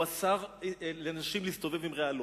הוא אסר על נשים להסתובב ברעלות.